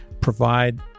provide